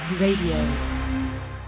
Radio